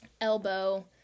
elbow